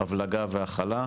הבלגה והכלה,